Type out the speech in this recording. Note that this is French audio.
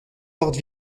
portes